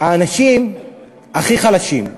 האנשים הכי חלשים.